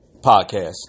podcast